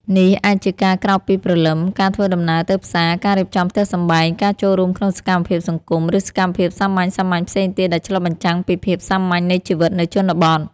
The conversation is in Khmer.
នេះអាចជាការក្រោកពីព្រលឹម ការធ្វើដំណើរទៅផ្សារ ការរៀបចំផ្ទះសម្បែង ការចូលរួមក្នុងសកម្មភាពសង្គម ឬសកម្មភាពសាមញ្ញៗផ្សេងទៀតដែលឆ្លុះបញ្ចាំងពីភាពសាមញ្ញនៃជីវិតនៅជនបទ។